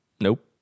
nope